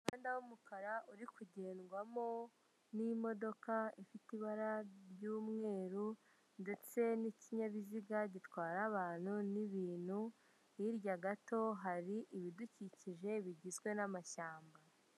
Umuhanda w'umukara uri kugendwamo, n'imodoka ifite ibara ry'umweru, ndetse n'ikinyabiziga gitwara abantu n'ibintu, hirya gato hari ibidukikije bigizwe n'amashyamba.